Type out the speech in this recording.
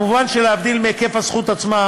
מובן שלהבדיל מהיקף הזכות עצמה,